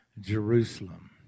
Jerusalem